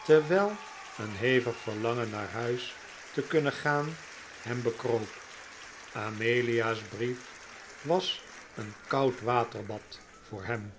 terwijl een hevig verlangen naar huis te kunnen gaan hem bekroop amelia's brief was een koudwaterbad voor hem